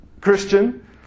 Christian